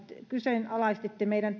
kyseenalaistitte meidän